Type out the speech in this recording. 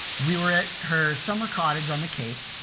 we were at her summer cottage on the cape.